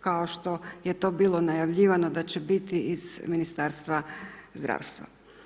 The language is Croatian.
kao što je to bilo najavljivano da će biti iz Ministarstva zdravstva.